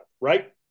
right